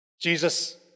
Jesus